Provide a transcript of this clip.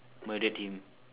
murdered him